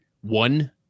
one